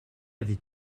avait